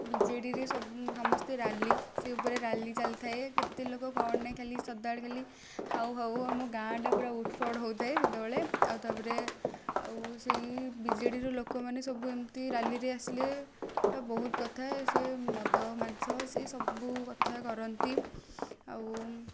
ବିଜେଡ଼ିରେ ସବୁ ସମସ୍ତେ ରାଲି ସେ ଉପରେ ରାଲି ଚାଲିଥାଏ କେତେଲୋକ କ'ଣ ନାହିଁ ଖାଲି ସଦାବେଳେ ଖାଲି ହାଉ ହାଉ ଆମ ଗାଁଟା ପୂରା ଉଠ ପଡ଼ ହଉଥାଏ ସେତେବେଳେ ଆଉ ତାପରେ ଆଉ ସେଇ ବିଜେଡ଼ିର ଲୋକମାନେ ସବୁ ଏମତି ରାଲିରେ ଆସିଲେ ବହୁତ କଥା ସେ ମଦ ମାଂସ ସେ ସବୁ କଥା କରନ୍ତି ଆଉ